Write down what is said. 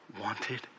wanted